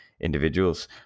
individuals